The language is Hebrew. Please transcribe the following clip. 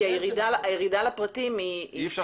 אין קשר.